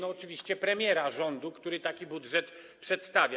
Oczywiście premiera rządu, który taki budżet przedstawia.